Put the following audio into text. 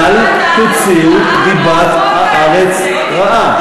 אל תוציאו דיבת הארץ רעה.